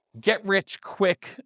get-rich-quick